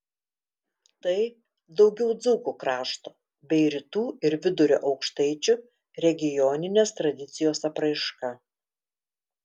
tai daugiau dzūkų krašto bei rytų ir vidurio aukštaičių regioninės tradicijos apraiška